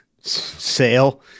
sale